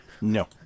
No